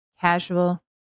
Casual